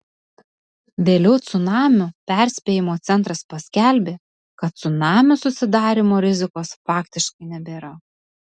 vėliau cunamių perspėjimo centras paskelbė kad cunamių susidarymo rizikos faktiškai nebėra